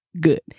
good